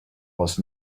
was